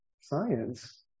science